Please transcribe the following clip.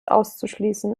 auszuschließen